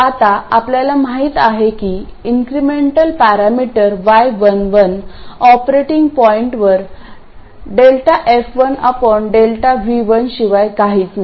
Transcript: आता आपल्याला माहित आहे की इंक्रीमेंटल पॅरामीटर y11 ऑपरेटिंग पॉईंटवर ∂f1∂V1 शिवाय काहीच नाही